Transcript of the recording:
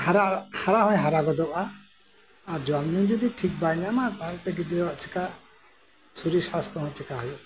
ᱦᱟᱨᱟ ᱦᱚᱭ ᱦᱟᱨᱟ ᱜᱚᱫᱚᱜᱼᱟ ᱟᱨ ᱡᱚᱢ ᱧᱩ ᱡᱩᱫᱤ ᱴᱷᱤᱠ ᱵᱟᱭ ᱧᱟᱢᱟ ᱛᱟᱸᱦᱚᱞᱮ ᱛᱳ ᱜᱤᱫᱽᱨᱟᱹ ᱟᱜ ᱪᱮᱠᱟ ᱥᱚᱨᱤᱨ ᱥᱟᱥᱛᱷᱚ ᱦᱚᱸ ᱪᱮᱠᱟ ᱦᱩᱭᱩᱜ ᱛᱟᱭᱟ